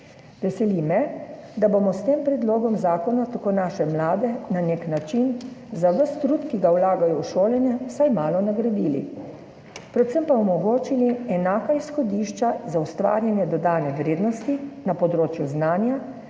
Veseli me, da bomo s tem predlogom zakona tako naše mlade na nek način, za ves trud, ki ga vlagajo v šolanje, vsaj malo nagradili, predvsem pa omogočili enaka izhodišča za ustvarjanje dodane vrednosti na področju znanja,